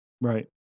Right